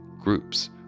Groups